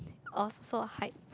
I was so hype